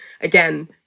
Again